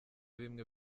bimwe